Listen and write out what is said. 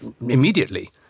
immediately